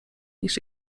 niż